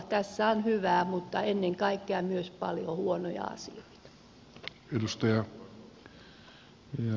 tässä on hyvää mutta ennen kaikkea myös paljon huonoja asioita